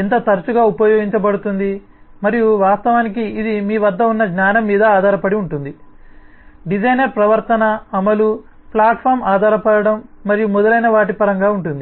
ఎంత తరచుగా ఉపయోగించబడుతుంది మరియు వాస్తవానికి ఇది మీ వద్ద ఉన్న జ్ఞానం మీద ఆధారపడి ఉంటుంది డిజైనర్ ప్రవర్తన అమలు ప్లాట్ఫాం ఆధారపడటం మరియు మొదలైన వాటి పరంగా ఉంటుంది